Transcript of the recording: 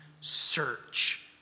search